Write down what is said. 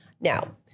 Now